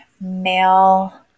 male